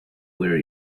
where